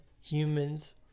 humans